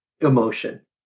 emotion